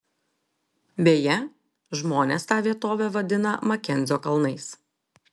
beje žmonės tą vietovę vadina makenzio kalnais